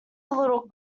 little